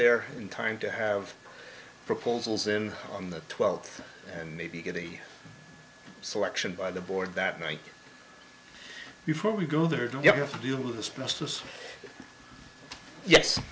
there in time to have proposals in on the twelfth and maybe get a selection by the board that night before we go there to get your deal with this